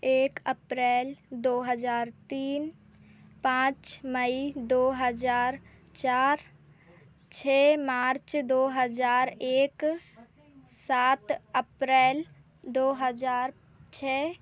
एक अप्रैल दो हज़ार तीन पाँच मई दो हज़ार चार छः मार्च दो हज़ार एक सात अप्रैल दो हज़ार छः